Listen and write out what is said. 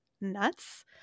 nuts